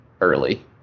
early